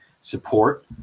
support